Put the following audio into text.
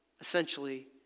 Essentially